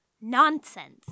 Nonsense